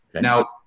Now